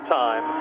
time